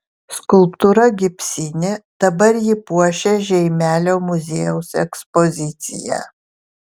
skulptūra gipsinė dabar ji puošia žeimelio muziejaus ekspoziciją